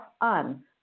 on